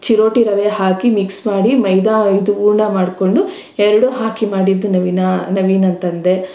ಚಿರೋಟಿ ರವೆ ಹಾಕಿ ಮಿಕ್ಸ್ ಮಾಡಿ ಮೈದಾ ಇದು ಹೂರ್ಣ ಮಾಡಿಕೊಂಡು ಎರಡೂ ಹಾಕಿ ಮಾಡಿದ್ದು ನವೀನ ನವೀನ್ ಅಂತಂದೆ